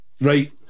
right